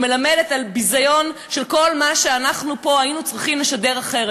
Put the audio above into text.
ומלמדת על ביזיון בשל כל מה שאנחנו פה היינו צריכים לשדר אחרת.